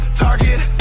target